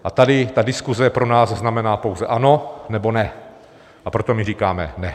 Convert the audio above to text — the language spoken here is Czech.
A tady ta diskuse pro nás znamená pouze ano, nebo ne, a proto my říkáme ne.